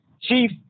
chief